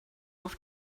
auf